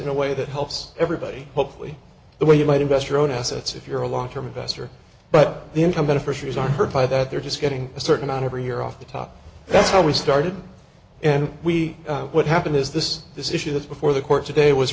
in a way that helps everybody hopefully the way you might invest your own assets if you're a long term investor but the income beneficiaries are hurt by that they're just getting a certain amount every year off the top that's how we started and we what happened is this this issue that's before the court today was